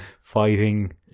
fighting